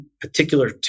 particular